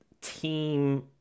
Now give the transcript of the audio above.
team